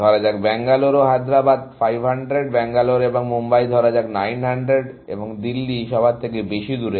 ধরা যাক ব্যাঙ্গালোর ও হায়দ্রাবাদ 500 ব্যাঙ্গালোর এবং মুম্বাই ধরা যাক 900 এবং দিল্লি সবার থেকে বেশি দূরে